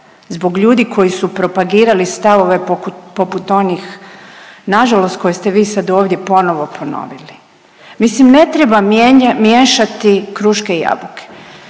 zbog ljudi koji su propagirali stavove poput onih nažalost koje ste vi sad ovdje ponovo ponovili. Mislim ne treba miješati kruške i jabuke,